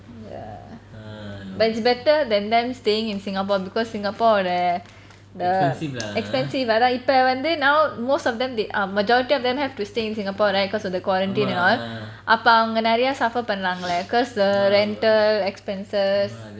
ya but it's better than them staying in singapore because singapore their the expensive lah இப்போ வந்து:ipo vanthu now most of them they are majority of them have to stay in singapore right cause of the quarantine and all அப்போ வந்து அவங்க நிறைய:apo vanthu avanga niraya suffer பன்றாங்களே:panraangale cause the rental expenses